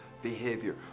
behavior